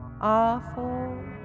awful